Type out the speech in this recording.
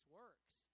works